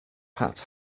pat